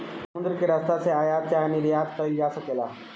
समुद्र के रस्ता से आयात चाहे निर्यात कईल जा सकेला